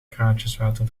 kraantjeswater